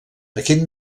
aquest